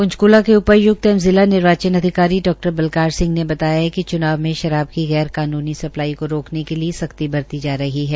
पंचकूला के उपाय्क्त एवं जिला निर्वाचन अधिकारी डा बलकार सिंह ने बताया है कि चूनाव में शराब की गैर कानूनी सप्लाई को रोकने के लिये सख्ती बरती जा रही है